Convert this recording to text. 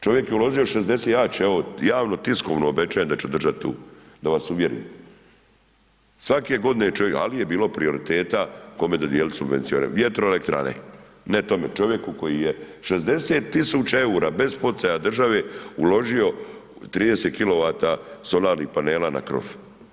Čovjek je uložio, ja ću evo javno, tiskovno obećajem da ću održat tu, da vas uvjerim, svake godine čovjek, ali je bilo prioriteta kome dodijeliti subvencije, vjetroelektrane, ne tom čovjeku koji je 60 000 eura bez poticaja države uložio u 30 kW solarnih panela na krov.